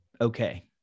okay